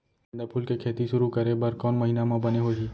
गेंदा फूल के खेती शुरू करे बर कौन महीना मा बने होही?